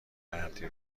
مردی